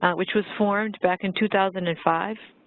which was formed back in two thousand and five.